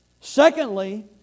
secondly